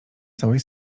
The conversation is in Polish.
całej